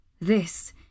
This